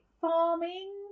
farming